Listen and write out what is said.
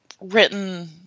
written